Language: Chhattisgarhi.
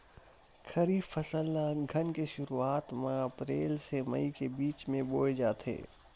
खरीफ फसल ला अघ्घन के शुरुआत में, अप्रेल से मई के बिच में बोए जाथे